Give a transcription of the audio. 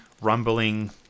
rumbling